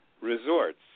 resorts